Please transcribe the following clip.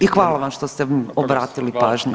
I hvala vam što ste obratili pažnju.